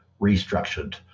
restructured